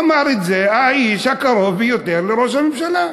אמר את זה האיש הקרוב ביותר לראש הממשלה.